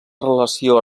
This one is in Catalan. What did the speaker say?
relació